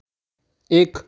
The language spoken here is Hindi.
एक